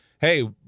hey